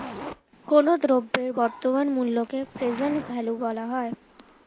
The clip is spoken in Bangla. কোনো দ্রব্যের বর্তমান মূল্যকে প্রেজেন্ট ভ্যালু বলা হয়